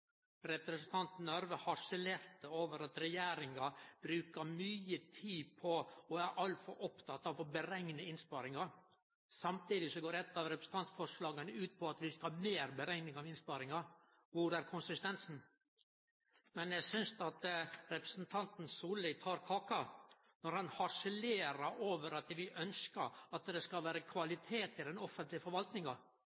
representanten Røbekk Nørve harselerte over at regjeringa brukar mye tid på og er altfor oppteken av å berekne innsparinga. Samtidig går eit av representantforslaga ut på at vi skal ha meir berekning av innsparinga. Kvar er konsistensen? Men eg synest at representanten Solli tar kaka når han harselerer over at vi ønskjer at det skal vere